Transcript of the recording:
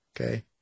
Okay